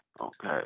Okay